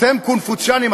אתם קונפוציאנים,